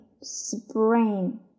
Spring